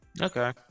Okay